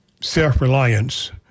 self-reliance